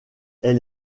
elle